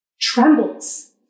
trembles